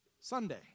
Sunday